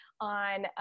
on